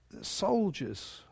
soldiers